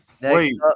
wait